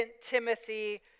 Timothy